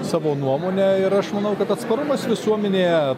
savo nuomonę ir aš manau kad atsparumas visuomenėje